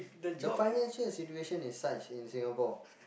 the financial situation is such in Singapore